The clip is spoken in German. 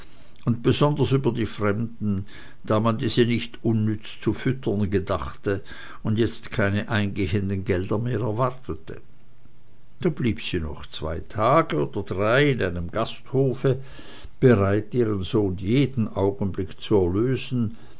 und besonders über die fremden da man diese nicht unnütz zu füttern gedachte und jetzt keine eingehenden gelder mehr erwartete da blieb sie noch zwei oder drei tage in einem gasthofe bereit ihren sohn jeden augenblick zu erlösen